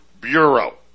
Bureau